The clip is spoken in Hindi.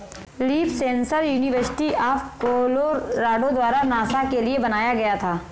leaf sensor university of Colorado द्वारा नासा के लिए बनाया गया था